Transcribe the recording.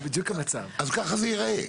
אז ככה זה ייראה.